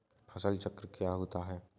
फसल चक्र क्या होता है?